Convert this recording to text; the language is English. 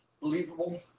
believable